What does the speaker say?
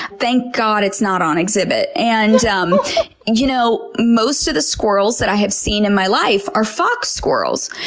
thank god it's not on exhibit. and um you know most of the squirrels that i have seen in my life are fox squirrels,